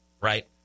right